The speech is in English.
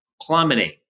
plummeting